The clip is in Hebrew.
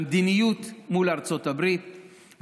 במדיניות מול ארצות הברית,